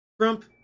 Trump